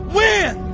win